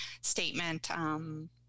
statement